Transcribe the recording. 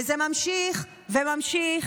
וזה ממשיך וממשיך.